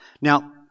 Now